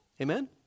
Amen